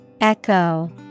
Echo